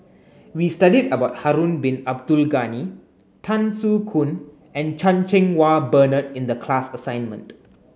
we studied about Harun Bin Abdul Ghani Tan Soo Khoon and Chan Cheng Wah Bernard in the class assignment